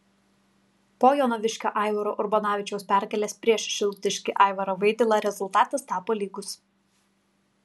po jonaviškio aivaro urbonavičiaus pergalės prieš šilutiškį aivarą vaidilą rezultatas tapo lygus